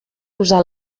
posar